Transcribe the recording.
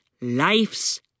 life's